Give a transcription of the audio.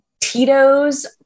Tito's